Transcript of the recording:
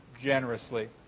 generously